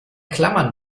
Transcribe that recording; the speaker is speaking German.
klammern